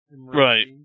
Right